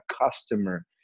customer